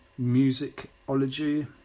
musicology